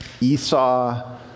Esau